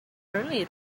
earlier